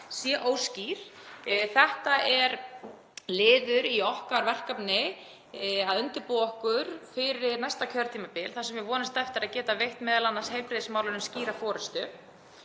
sé óskýr. Þetta er liður í okkar verkefni að undirbúa okkur fyrir næsta kjörtímabil þar sem við vonumst eftir að geta veitt m.a. heilbrigðismálunum skýra forystu.